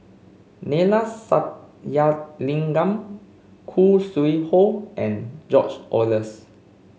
Neila Sathyalingam Khoo Sui Hoe and George Oehlers